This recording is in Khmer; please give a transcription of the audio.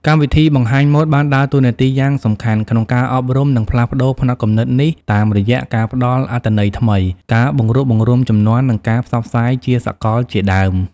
កម្មវិធីបង្ហាញម៉ូដបានដើរតួនាទីយ៉ាងសំខាន់ក្នុងការអប់រំ និងផ្លាស់ប្ដូរផ្នត់គំនិតនេះតាមរយៈ ការផ្តល់អត្ថន័យថ្មី ការបង្រួបបង្រួមជំនាន់ និងការផ្សព្វផ្សាយជាសកលជាដើម។